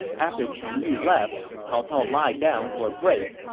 after cheng yu left, cao cao lied down for a break.